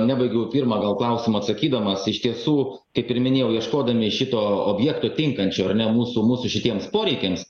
nebaigiau pirma gal klausimo atsakydamas iš tiesų kaip ir minėjau ieškodami šito objekto tinkančio ar ne mūsų mūsų šitiems poreikiams